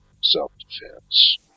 self-defense